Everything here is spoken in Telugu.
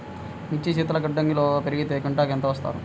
మిర్చి శీతల గిడ్డంగిలో పెడితే క్వింటాలుకు ఎంత ఇస్తారు?